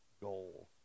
Goal